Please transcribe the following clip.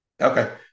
Okay